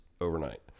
overnight